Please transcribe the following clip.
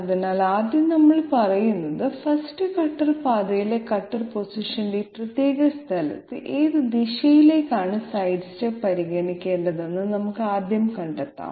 അതിനാൽ ആദ്യം നമ്മൾ പറയുന്നത് 1st കട്ടർ പാതയിലെ കട്ടർ പൊസിഷന്റെ ഈ പ്രത്യേക സ്ഥലത്ത് ഏത് ദിശയിലേക്കാണ് സൈഡ്സ്റ്റെപ്പ് പരിഗണിക്കേണ്ടതെന്ന് നമുക്ക് ആദ്യം കണ്ടെത്താം